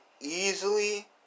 easily